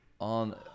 on